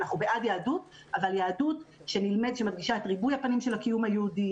אנחנו בעד יהדות אבל יהדות שמדגישה את ריבוי הפנים של הקיום היהודי,